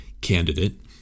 candidate